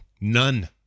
None